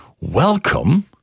welcome